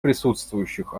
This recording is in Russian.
присутствующих